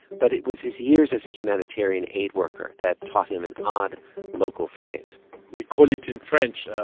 but it was his years as a humanitarian aid worker that taught him an odd local phrase we call it in french